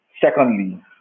secondly